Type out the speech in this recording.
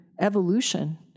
evolution